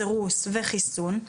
סירוס וחיסון.